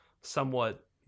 somewhat